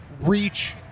reach